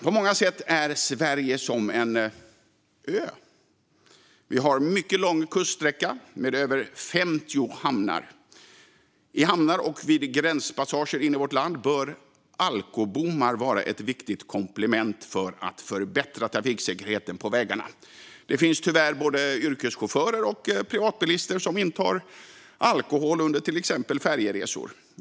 På många sätt är Sverige som en ö. Vi har en mycket lång kuststräcka med över 50 hamnar. I hamnar och vid gränspassager in i vårt land bör alkobommar vara ett viktigt komplement för att förbättra trafiksäkerheten på vägarna. Det finns tyvärr både yrkeschaufförer och privatbilister som intar alkohol under till exempel färjeresor.